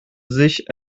sich